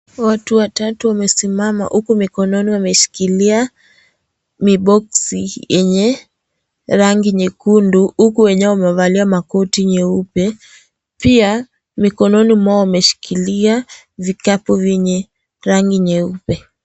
Watu watatu wamesimama uku mikononi wameskilia (CS)miboxi(CS)yenye rangi nyekundu uku wenyewe wamevalia makoti nyeupe. Pia mikononi mwa wameshikilia vikapu vyenye rangi nyeupe.